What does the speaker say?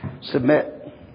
submit